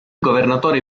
governatore